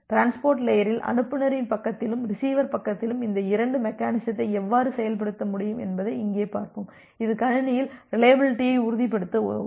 transport லேயரில் அனுப்புநரின் பக்கத்திலும் ரிசீவர் பக்கத்திலும் இந்த இரண்டு மெக்கெனிசத்தை எவ்வாறு செயல்படுத்த முடியும் என்பதை இங்கே பார்ப்போம் இது கணினியில் ரிலையபிலிட்டியை உறுதிப்படுத்த உதவும்